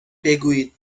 بگویید